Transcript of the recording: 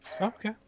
Okay